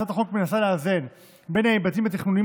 הצעת החוק מנסה לאזן בין ההיבטים התכנוניים,